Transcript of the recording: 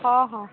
ହଁ ହଁ